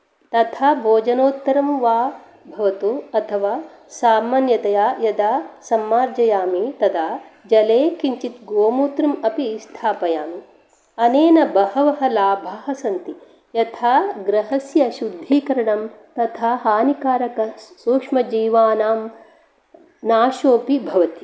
तथा भोजनोत्तरं वा भवतु अथवा सामान्यतया यदा सम्मार्जयामि तदा जले किञ्चित् गोमूत्रम् अपि स्थापयामि अनेन बहवः लाभाः सन्ति यथा गृहस्य शुद्धीकरणं तथा हानिकारकसूक्ष्मजीवानां नाशोऽपि भवति